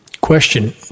Question